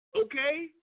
okay